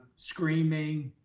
screaming,